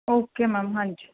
okay ma'am ਹਾਂਜੀ